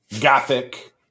Gothic